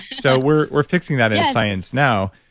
so, we're we're fixing that in science now.